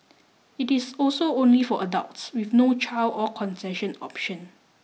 it is also only for adults with no child or concession option